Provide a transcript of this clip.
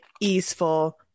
easeful